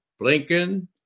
Blinken